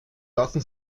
lassen